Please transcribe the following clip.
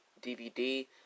DVD